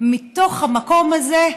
מתוך המקום הזה,